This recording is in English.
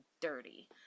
dirty